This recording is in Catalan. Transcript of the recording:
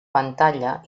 pantalla